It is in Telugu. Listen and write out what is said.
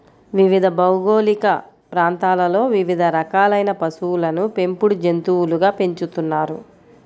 వివిధ భౌగోళిక ప్రాంతాలలో వివిధ రకాలైన పశువులను పెంపుడు జంతువులుగా పెంచుతున్నారు